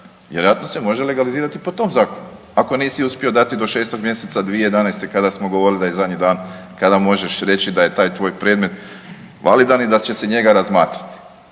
vjerojatno se može legalizirati po tom zakonu, ako nisi uspio dati do šestog mjeseca 2011. kada smo govorili da je zadnji dan kada možeš reći da je taj tvoj predmet validan i da će se njega razmatrati.